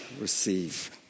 receive